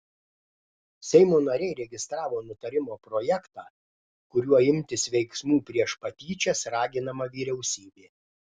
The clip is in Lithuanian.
seimo nariai registravo nutarimo projektą kuriuo imtis veiksmų prieš patyčias raginama vyriausybė